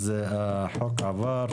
החוק עבר.